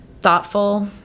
thoughtful